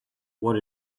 what